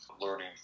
learning